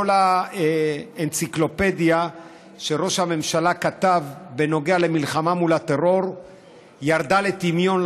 כל האנציקלופדיה שראש הממשלה כתב בנוגע למלחמה מול הטרור ירדה לטמיון,